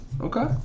Okay